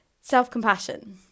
self-compassion